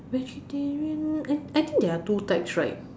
vegetarian I I think there are two types right